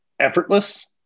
effortless